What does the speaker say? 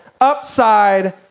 upside